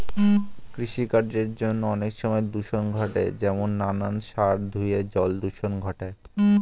কৃষিকার্যের জন্য অনেক সময় দূষণ ঘটে যেমন নানান সার ধুয়ে জল দূষণ ঘটায়